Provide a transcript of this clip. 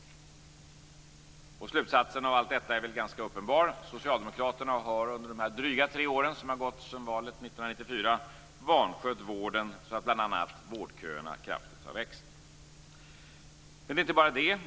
Slutsatsen av allt detta är ganska uppenbar: Socialdemokraterna har under dessa dryga tre år som har gått sedan valet 1994 vanskött vården så att bl.a. vårdköerna kraftigt har växt. Men det är inte bara det.